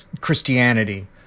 Christianity